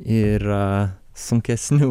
ir sunkesnių